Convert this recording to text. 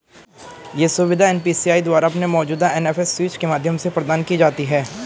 यह सुविधा एन.पी.सी.आई द्वारा अपने मौजूदा एन.एफ.एस स्विच के माध्यम से प्रदान की जाती है